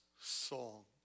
song